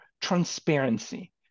transparency